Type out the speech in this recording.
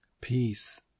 Peace